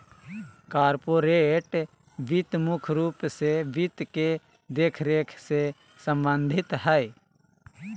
corporate वित्त मुख्य रूप से वित्त के देखरेख से सम्बन्धित हय